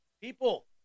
people